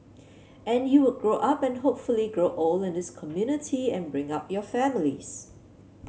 and you would grow up and hopefully grow old in this community and bring up your families